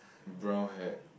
brown hat